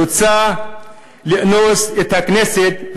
רוצה לאנוס את הכנסת,